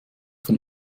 von